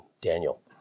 Daniel